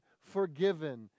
forgiven